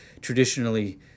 traditionally